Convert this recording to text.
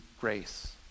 grace